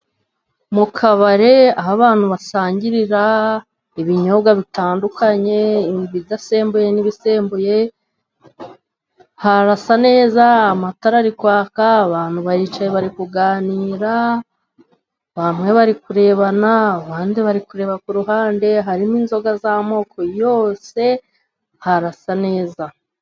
Mu kabari aho abantu basangirira ibinyobwa bitandukanye, ibidasembuye n'ibisembuye, harasa neza amatara ari kwaka, abantu baricaye bari kuganira, bamwe bari kurebana abandi bari kureba ku ruhande, harimo inzoga z'amoko yose harasa neza.